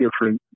different